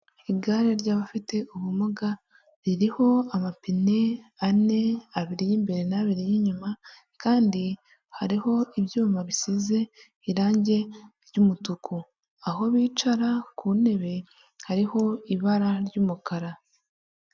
Igare ry'abafite ubumuga, ririho amapine ane: abiri y'imbere n'abiri y'inyuma, kandi hariho ibyuma bisize irange ry'umutuku. Aho bicara ku ntebe hariho ibara ry'umukara.